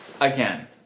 again